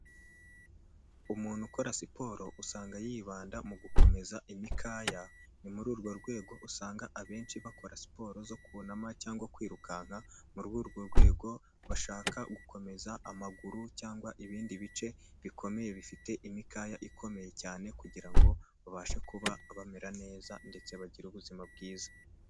Umuntu ukora siporo usanga yibanda mu gukomeza imikaya, ni muri urwo rwego usanga abenshi bakora siporo zo kunama cyangwa kwirukanka, muri urwo rwego bashaka gukomeza amaguru cyangwa ibindi bice bikomeye bifite imikaya ikomeye cyane, kugira ngo babashe kuba bamera neza ndetse bagire ubuzima bwiza.